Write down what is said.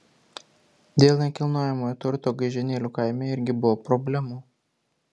dėl nekilnojamojo turto gaižėnėlių kaime irgi buvo problemų